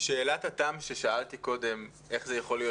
שאלת התם ששאלתי קודם איך זה יכול להיות